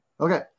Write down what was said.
okay